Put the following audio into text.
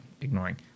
ignoring